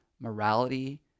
morality